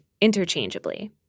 interchangeably